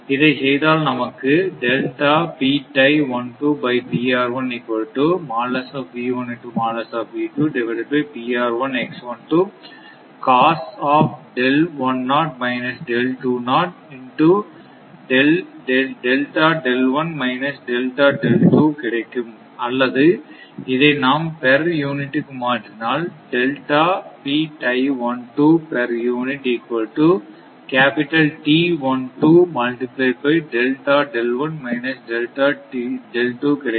இதை செய்தால் நமக்கு கிடைக்கும் அல்லது இதை நாம் பெர் யூனிட் க்கு மாற்றினால் கிடைக்கும்